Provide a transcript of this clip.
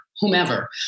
whomever